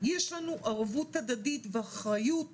ויש לנו ערבות הדדית ואחריות